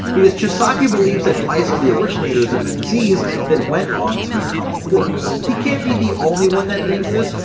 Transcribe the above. because chisaki believes that mice are the originators of the disease that went on to become quirks. he can't be the only one that things this,